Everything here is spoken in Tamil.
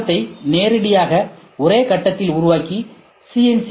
ஒரு பாகத்தைநேரடியாக ஒரே கட்டத்தில் உருவாக்க சி